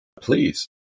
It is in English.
please